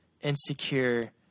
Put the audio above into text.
insecure